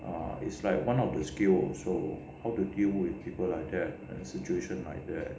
err it's like one of the skills lor how to deal with people like that and situation like that